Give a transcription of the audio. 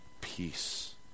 peace